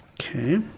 Okay